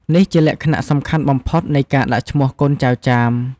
នេះជាលក្ខណៈសំខាន់បំផុតនៃការដាក់ឈ្មោះកូនចៅចាម។